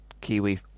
kiwi